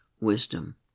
wisdom